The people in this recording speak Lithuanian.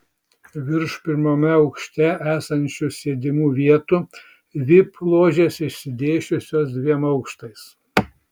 virš pirmame aukšte esančių sėdimų vietų vip ložės išsidėsčiusios dviem aukštais